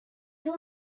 two